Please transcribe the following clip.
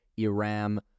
iram